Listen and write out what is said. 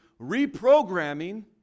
reprogramming